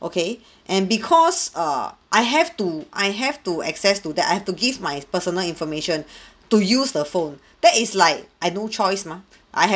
okay and because err I have to I have to access to that I to give my personal information to use the phone that is like I've no choice mah I have